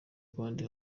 kandi